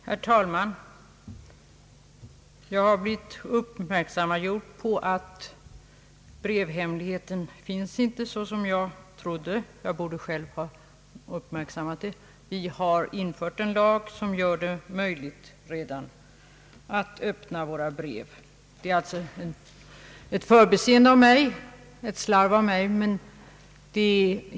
Herr talman! Jag har blivit uppmärksammad på att brevhemligheten inte finns sådan som jag trodde. Jag borde själv ha uppmärksammat det. Vi har infört en lag som redan gör det möjligt för polisen att öppna våra brev. Jag har alltså gjort ett förbiseende.